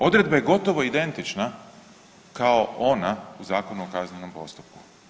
Odredba je gotovo identična kao ona u Zakonu o Kaznenom postupku.